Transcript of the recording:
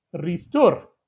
restore